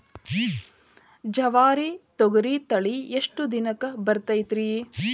ಜವಾರಿ ತೊಗರಿ ತಳಿ ಎಷ್ಟ ದಿನಕ್ಕ ಬರತೈತ್ರಿ?